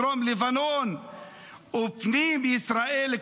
דרום לבנון ופנים ישראל,